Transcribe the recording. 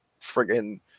friggin